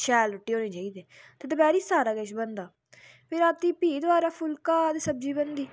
शैल रुट्टी होनी चाहिदी ते दपैह्री सारा किश बनदा ते रातीं फ्ही दवारा फुल्का ते सब्जी बनदी